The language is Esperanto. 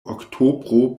oktobro